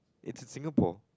it's in Singapore